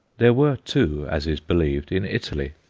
there were two, as is believed, in italy.